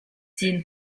cin